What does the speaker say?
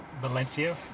Valencia